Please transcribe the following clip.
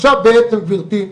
עכשיו בעצם גבירתי,